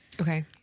Okay